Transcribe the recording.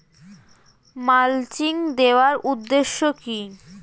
Mulching দেওয়ার উদ্দেশ্য কি?